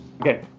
Okay